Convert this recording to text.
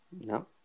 No